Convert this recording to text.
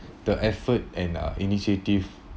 the effort and uh initiative